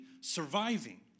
surviving